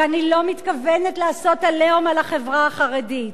ואני לא מתכוונת לעשות "עליהום" על החברה החרדית,